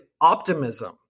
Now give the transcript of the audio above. optimism